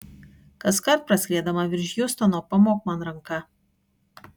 kaskart praskriedama virš hjustono pamok man ranka